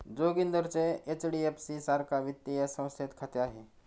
जोगिंदरचे एच.डी.एफ.सी सारख्या वित्तीय संस्थेत खाते आहे